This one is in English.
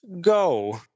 Go